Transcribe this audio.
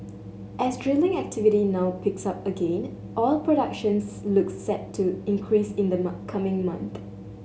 as drilling activity now picks up again oil productions looks set to increase in the coming month